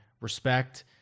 respect